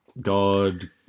God